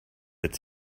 its